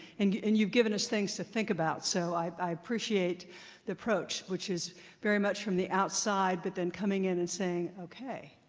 and and you've given us things to think about. so i appreciate the approach, which is very much from the outside, but then coming in and saying, ok.